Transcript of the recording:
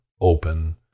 open